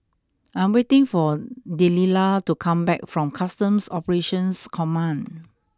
I'm waiting for Delila to come back from Customs Operations Command